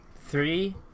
Three